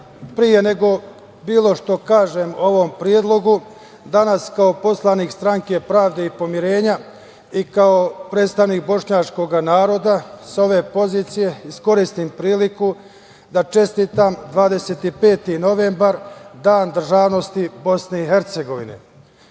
pre nego bilo šta kažem o ovom predlogu danas kao poslanik Stranke pravde i pomirenja i kao predstavnik bošnjačkog naroda sa ove pozicije iskoristim priliku da čestitam 25. novembar, Dan državnosti BiH.Stranka